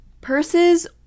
purses